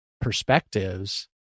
perspectives